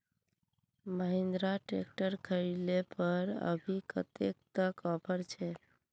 Mahindra tractor खरीद ले पर अभी कतेक तक ऑफर छे?